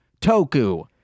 Toku